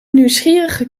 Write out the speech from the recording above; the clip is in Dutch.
nieuwsgierige